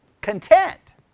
Content